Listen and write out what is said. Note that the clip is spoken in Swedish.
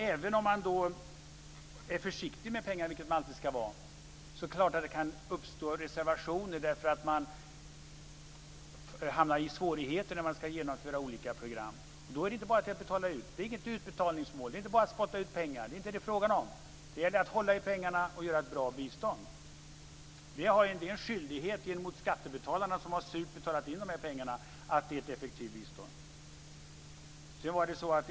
Även om man är försiktig med pengar, vilket man alltid ska vara, är det klart att det kan uppstå reservationer därför att man hamnar i svårigheter när man ska genomföra olika program. Då är det inte bara att betala ut. Det är inget utbetalningsmål. Det är inte bara att spotta ut pengar. Det är inte det som det är frågan om. Det gäller att hålla i pengarna och ge ett bra bistånd. Det är en skyldighet gentemot skattebetalarna, som har surt betalat in dessa pengar, att ge ett effektivt bistånd.